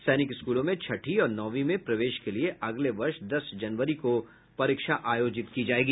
सैनिक स्कूलों में छठी और नौवीं में प्रवेश के लिए अगले वर्ष दस जनवरी को परीक्षा आयोजित की जायेगी